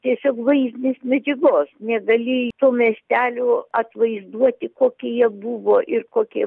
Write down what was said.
tiesiog vaizdinės medžiagos negalėjai to miestelio atvaizduoti kokie jie buvo ir kokie